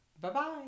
Bye-bye